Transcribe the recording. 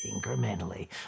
incrementally